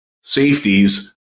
safeties